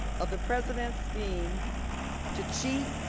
of the president scheme to cheat,